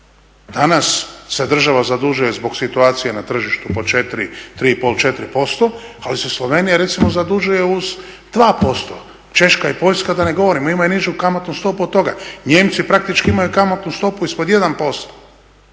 Danas se država zadužuje zbog situacije na tržištu po četiri, tri i pol, četiri posto. Ali se Slovenija recimo zadužuje uz dva posto, Češka i Poljska da ne govorim. Oni imaju nižu kamatnu stopu od toga. Nijemci praktički imaju kamatnu stopu ispod